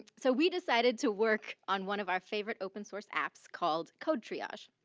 so we decided to work on one of our favorite open source apps called codetriage,